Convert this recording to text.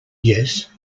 yes